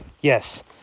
Yes